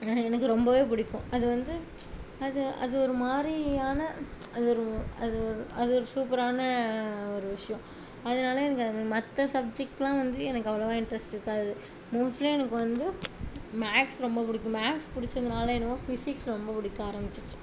எனக்கு ரொம்பவே பிடிக்கும் அது வந்து அது அது ஒரு மாதிரியான அது ஒரு அது ஒரு அது ஒரு சூப்பரான ஒரு விஷயம் அதனால் எனக்கு அது மற்ற சப்ஜெக்ட்லாம் வந்து எனக்கு அவ்வளோவா இன்ட்ரஸ்ட் இருக்காது மோஸ்ட்லி எனக்கு வந்து மேத்ஸ் ரொம்ப பிடிக்கும் மேத்ஸ் பிடிச்சதுனால என்னவோ ஃபிசிக்ஸ் ரொம்ப பிடிக்க ஆரமிச்சிச்சு